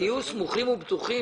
תהיו סמוכים ובטוחים